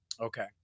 Okay